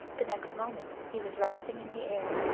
the next moment he was rising in the air.